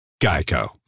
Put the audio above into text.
Geico